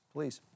Please